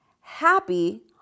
happy